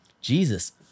Jesus